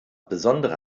besondere